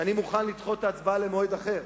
אני מוכן לדחות את ההצבעה למועד אחר.